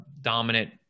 dominant